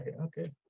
okay